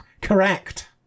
Correct